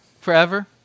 Forever